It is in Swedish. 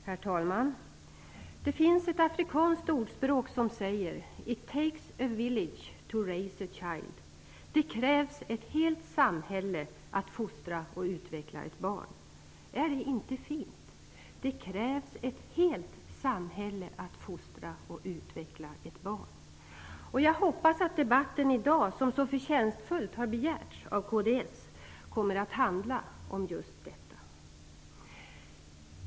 Herr talman! Det finns ett afrikanskt ordspråk som säger: "It takes a village to raise a child." Det krävs ett helt samhälle att fostra och utveckla ett barn. Är det inte fint? Det krävs ett helt samhälle att fostra och utveckla ett barn. Jag hoppas att debatten i dag, som så förtjänstfullt har begärts av kds, kommer att handla om just detta.